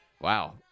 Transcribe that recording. Wow